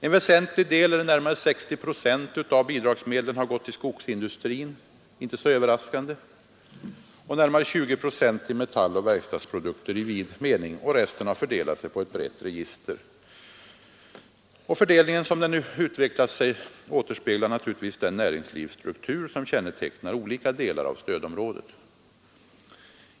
En väsentlig del, eller närmare 60 procent, av bidragsdelen har gått till skogsindustrin — inte så överraskande — och närmare 20 procent till metalloch verkstadsprodukter i vid mening. Resten har fördelat sig på ett brett register. Fördelningen, som den nu utvecklat sig, återspeglar naturligtvis den näringslivsstruktur som kännetecknar olika delar av stödområdet.